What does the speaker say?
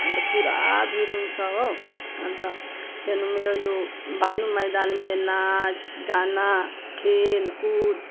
अनि त पुरा भिड हुन्छ हो अनि त फेरि मेरो यो भानु मैदानमा नाचगाना खेलकुद